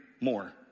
more